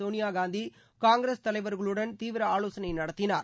சோனியா காந்தி காங்கிரஸ் தலைவர்களுடன் தீவிர ஆலோசனை நடத்தினார்